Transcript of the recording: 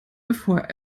bevor